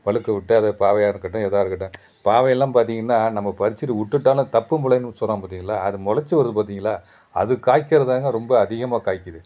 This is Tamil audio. பழுக்க விட்டு அது பாகயாக இருக்கட்டும் எதாக இருக்கட்டும் பாகலாம் பார்த்தீங்கன்னா நம்ம பறிச்சுட்டு விட்டுட்டோன்னா தப்பும் பிள்ளைன்னு சொல்றோம் பார்த்தீங்களா அது மொளைச்சி வருது பார்த்தீங்களா அது காய்க்கிறது தான்ங்க ரொம்ப அதிகமாக காய்க்குது